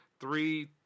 three